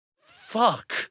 Fuck